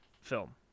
film